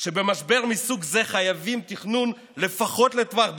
שבמשבר מסוג זה חייבים תכנון לפחות לטווח בינוני.